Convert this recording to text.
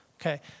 Okay